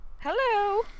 Hello